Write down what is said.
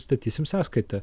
statysim sąskaitą